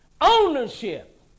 ownership